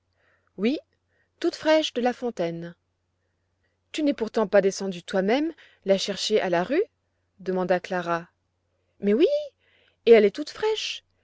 oui toute fraîche de la fontaine tu n'es pourtant pas descendue toi-même la chercher à la rue demanda clara mais oui et elle est toute fraîche